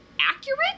accurate